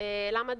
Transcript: למה?